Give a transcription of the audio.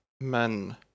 men